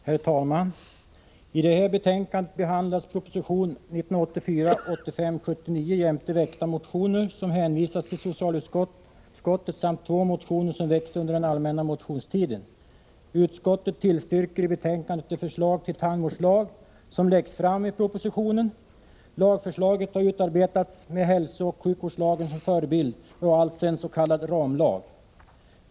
Herr talman! I det här betänkandet behandlas proposition 1984/85:79 jämte väckta motioner som hänvisats till socialutskottet samt två motioner som väckts under den allmänna motionstiden. Utskottet tillstyrker i betänkandet det förslag till tandvårdslag som läggs fram i propositionen. Lagförslaget har utarbetats med hälsooch sjukvårdslagen som förebild och är alltså en s.k. ramlag.